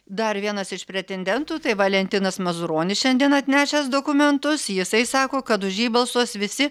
dar vienas iš pretendentų tai valentinas mazuronis šiandien atnešęs dokumentus jisai sako kad už jį balsuos visi